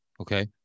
Okay